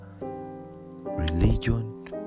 religion